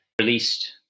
released